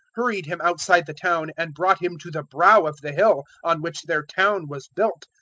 hurried him outside the town, and brought him to the brow of the hill on which their town was built,